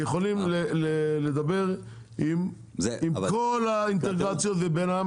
יכולים לדבר עם כל האינטגרציות ובינם